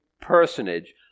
personage